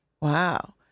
Wow